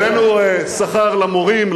העלינו שכר למורים,